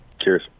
Cheers